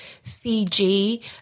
Fiji